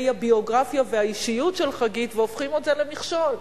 הביוגרפיה והאישיות של חגית והופכים את זה למכשול.